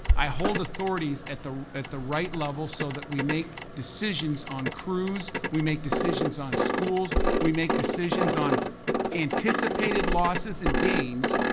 i hold authorities at the at the right level, so that we make decisions on crews. we make decisions on schools. we make decisions on anticipated losses and gains.